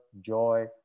joy